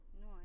No